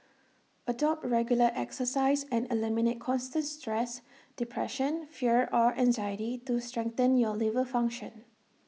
adopt regular exercise and eliminate constant stress depression fear or anxiety to strengthen your liver function